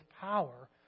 power